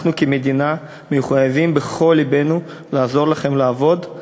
אנחנו כמדינה מחויבים בכל לבנו לעזור לכם לעבוד,